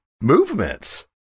movements